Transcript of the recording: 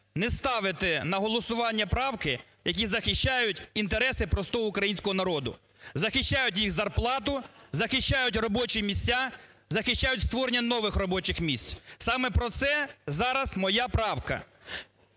не ставити на голосування правки, які захищають інтереси простого українського народу, захищають їх зарплату, захищають робочі місця, захищають створення нових робочих місць. Саме про це зараз моя правка.